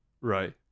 right